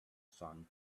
son